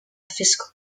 fiscal